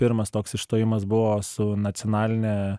pirmas toks išstojimas buvo su nacionaline